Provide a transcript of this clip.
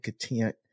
content